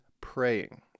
praying